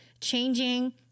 changing